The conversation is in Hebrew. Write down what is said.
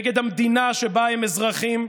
נגד המדינה שבה הם אזרחים,